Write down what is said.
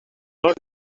not